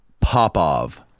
Popov